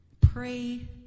Pray